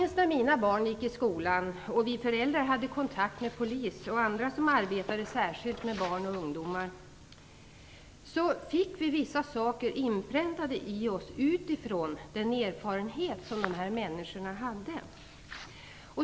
När mina barn gick i skolan och vi föräldrar hade kontakt med polis och andra som arbetade särskilt med barn och ungdomar, fick vi vissa saker inpräntade i oss utifrån den erfarenhet som dessa människor hade.